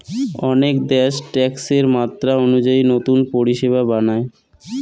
অনেক দ্যাশ ট্যাক্সের মাত্রা অনুযায়ী নতুন পরিষেবা বানায়